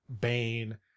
Bane